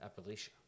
Appalachia